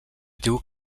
diu